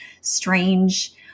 strange